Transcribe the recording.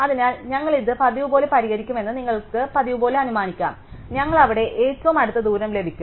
അതിനാൽ ഞങ്ങൾ ഇത് പതിവുപോലെ പരിഹരിക്കുമെന്ന് നിങ്ങൾക്ക് പതിവുപോലെ അനുമാനിക്കാം ഞങ്ങൾക്ക് അവിടെ ഏറ്റവും അടുത്ത ദൂരം ലഭിക്കും